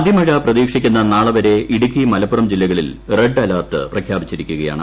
അതിമഴ പ്രതീക്ഷിക്കുന്ന നാളെ വരെ ഇടുക്കി മലപ്പുറം ജില്ലകളിൽ റെഡ് അലർട്ട് പ്രഖ്യാപിച്ചിരിക്കുകയാണ്